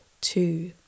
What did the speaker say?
two